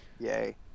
Yay